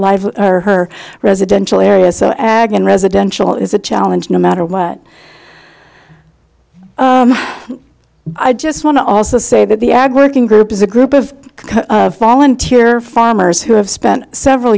life or her residential area so ag and residential is a challenge no matter what i just want to also say that the ag working group is a group of cut volunteer farmers who have spent several